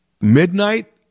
midnight